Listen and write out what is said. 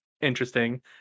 interesting